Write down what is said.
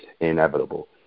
inevitable